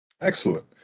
Excellent